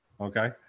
okay